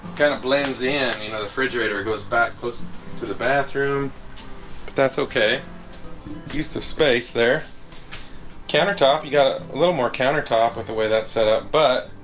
kind of blends in you know, the refrigerator it goes back close to the bathroom that's okay use of space there countertop you got a little more countertop with the way that's set up, but